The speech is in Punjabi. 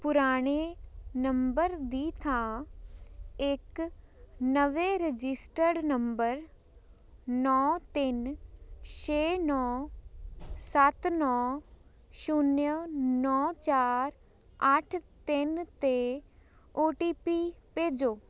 ਪੁਰਾਣੇ ਨੰਬਰ ਦੀ ਥਾਂ ਇੱਕ ਨਵੇਂ ਰਜਿਸਟਰਡ ਨੰਬਰ ਨੌਂ ਤਿੰਨ ਛੇ ਨੌਂ ਸੱਤ ਨੌਂ ਛੁਨਿਆਂ ਨੌਂ ਚਾਰ ਅੱਠ ਤਿੰਨ 'ਤੇ ਓ ਟੀ ਪੀ ਭੇਜੋ